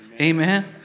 Amen